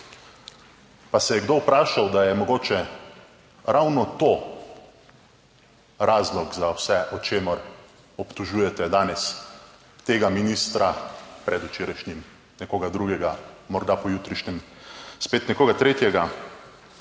Pa se je kdo vprašal, da je mogoče ravno to razlog za vse, o čemer obtožujete, danes tega ministra, predvčerajšnjim nekoga drugega, morda pojutrišnjem spet nekoga tretjega.